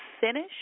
finish